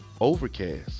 Overcast